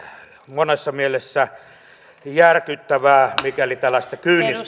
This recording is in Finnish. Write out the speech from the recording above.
monessa mielessä järkyttävää mikäli tällaista